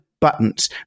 buttons